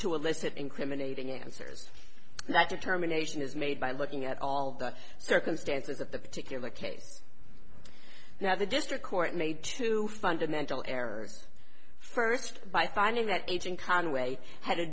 to elicit incriminating answers that determination is made by looking at all the circumstances of the particular case now the district court made two fundamental errors first by finding that aging conway had a